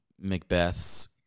Macbeth's